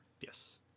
Yes